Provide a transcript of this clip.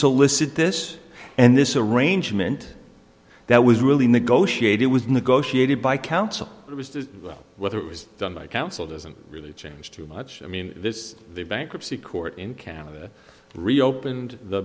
solicit this and this arrangement that was really negotiated was negotiated by counsel whether it was done by counsel doesn't really change too much i mean this bankruptcy court in canada reopened the